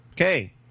Okay